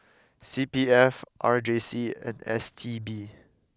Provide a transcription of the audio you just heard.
C P F R J C and S T B